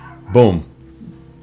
boom